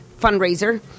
fundraiser